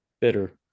bitter